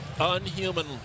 Unhuman